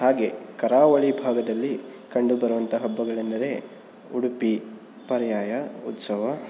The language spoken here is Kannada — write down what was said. ಹಾಗೆ ಕರಾವಳಿ ಭಾಗದಲ್ಲಿ ಕಂಡುಬರುವಂಥ ಹಬ್ಬಗಳೆಂದರೆ ಉಡುಪಿ ಪರ್ಯಾಯ ಉತ್ಸವ